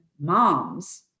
moms